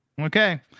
okay